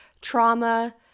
trauma